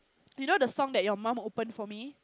you know the song that your mum open for me